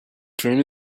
dream